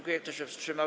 Kto się wstrzymał?